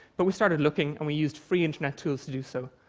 but we started looking, and we used free internet tools to do so.